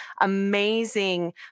amazing